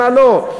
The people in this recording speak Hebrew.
ומה לא.